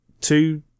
Two